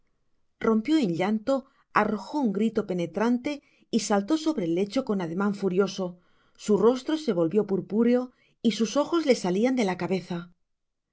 rompió en llanto arrojo un grito penetrante y saltó sobre el lecho con ademan furioso su rostro se volvió purpúreo y sus ojos le salian de la cabeza